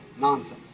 nonsense